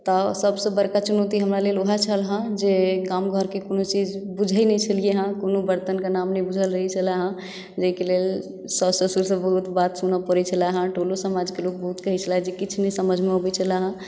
तऽ सभसँ बड़का चुनौती हमरा लेल वएह छल हँ जे गाँव घरकेँ कोनो चीज बुझै नहि छलियै हँ कोनो बर्तनकेँ नाम नहि बुझल रहै छल जाहिके लेल सास ससुरसँ बहुत बात सुनऽ पड़ै छलै हँ टोलो समाजके लोक बहुत कहै छल जे किछु नहि समझमे अबै छल हँ